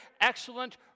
excellent